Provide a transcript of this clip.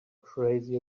crazy